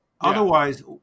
otherwise